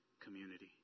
community